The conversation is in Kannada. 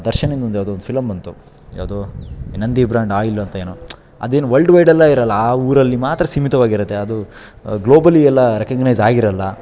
ದರ್ಶನಿಂದು ಒಂದು ಯಾವುದೋ ಒಂದು ಫಿಲಮ್ ಬಂತು ಯಾವ್ದು ಇ ನಂದಿ ಬ್ರಾಂಡ್ ಆಯಿಲ್ ಅಂತ ಏನೋ ಅದೇನು ವಲ್ಡ್ ವೈಡೆಲ್ಲ ಇರೋಲ್ಲ ಆ ಊರಲ್ಲಿ ಮಾತ್ರ ಸೀಮಿತವಾಗಿರುತ್ತೆ ಅದು ಗ್ಲೋಬಲಿ ಎಲ್ಲ ರೆಕಗ್ನೈಸ್ ಆಗಿರೋಲ್ಲ